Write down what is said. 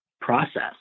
process